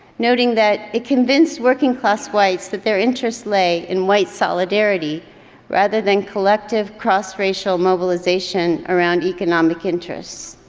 noting that it convinced working class whites that their interest lay in white solidarity rather than collective cross racial mobilization around economic interests.